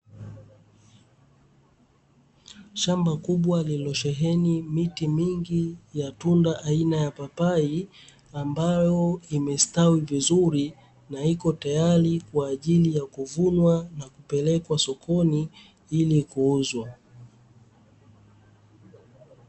Shamba kubwa lililosheheni miti mingi ya tunda aina ya papai ambayo imestawi vizuri, na iko tayari kwa ajili ya kuvunwa na kupelekwa sokoni ili kuuzwa.